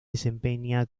desempeña